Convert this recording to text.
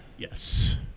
Yes